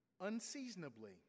unseasonably